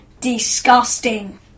disgusting